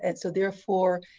and so therefore,